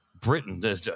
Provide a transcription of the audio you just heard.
Britain